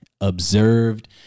observed